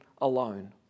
alone